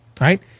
right